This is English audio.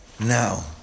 Now